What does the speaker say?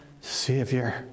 Savior